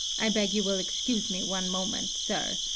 i beg you will excuse me one moment, sir.